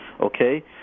okay